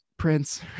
Prince